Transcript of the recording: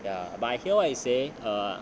ya but I hear what you say